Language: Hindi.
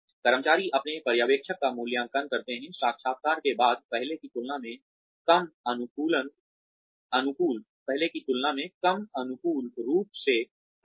कर्मचारी अपने पर्यवेक्षकों का मूल्यांकन करते हैं साक्षात्कार के बाद पहले की तुलना में कम अनुकूल रूप से करते हैं